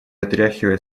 отряхивая